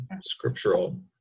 scriptural